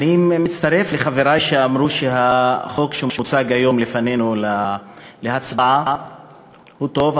אני מצטרף לחברי שאמרו שהחוק שמוצג היום לפנינו להצבעה הוא טוב,